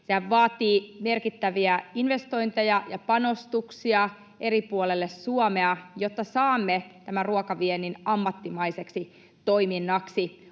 Se vaatii merkittäviä investointeja ja panostuksia eri puolelle Suomea, jotta saamme tämän ruokaviennin ammattimaiseksi toiminnaksi.